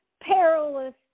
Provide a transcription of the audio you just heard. perilous